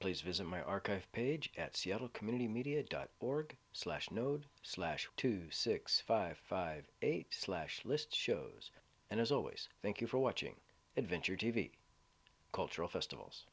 please visit my archive page at seattle community media dot org slash node slash two six five five eight slash list shows and as always thank you for watching adventure t v cultural festivals